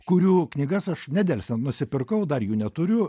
kurių knygas aš nedelsiant nusipirkau dar jų neturiu